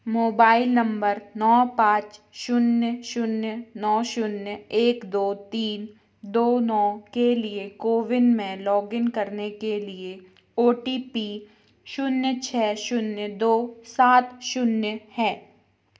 mobile number नौ पाँच शून्य शून्य नौ शून्य एक दो तीन दो नौ के लिए कोविन में लॉग इन करने के लिए ओ टी पी शून्य छः शून्य दो सात शून्य है